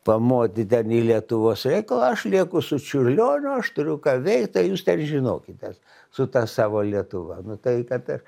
pamoti ten į lietuvos reikalą aš lieku su čiurlioniu aš turiu ką veikt tai jūs ten ir žinokitės su ta savo lietuva nu tai kad ir